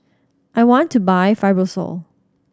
I want to buy Fibrosol